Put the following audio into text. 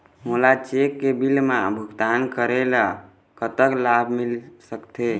मोला cheque bill मा भुगतान करेले कतक लाभ मिल सकथे?